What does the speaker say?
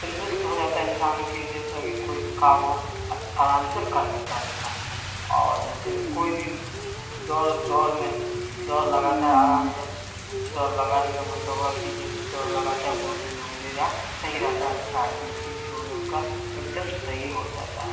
تندرست ہو جاتا ہے انسان کہ جیسا کہ کوئی بھی کام ہو آرام سے کر لیتا ہے انسان اور جیسے کہ کوئی بھی دوڑ دوڑ میں دوڑ لگاتا ہے آرام سے دوڑ لگانے کا مطلب ہوا کہ جیسے دوڑ لگاتا ہے باڈی لینگویج وغیرہ صحیح رہتا ہے اس کا ہڈی وڈی جوڑ ووڑ کا ایک دم صحیح ہو جاتا ہے